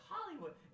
Hollywood